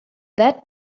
that